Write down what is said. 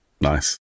Nice